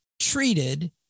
treated